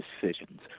decisions